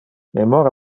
memora